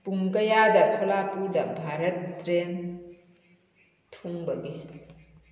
ꯄꯨꯡ ꯀꯌꯥꯗ ꯁꯣꯂꯥꯄꯨꯔꯗ ꯚꯥꯔꯠ ꯇ꯭ꯔꯦꯟ ꯊꯨꯡꯕꯒꯦ